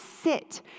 sit